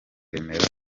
remera